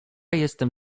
jestem